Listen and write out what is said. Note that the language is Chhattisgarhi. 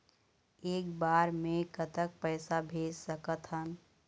एक बार मे कतक पैसा भेज सकत हन?